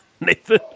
Nathan